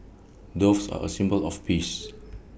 doves are A symbol of peace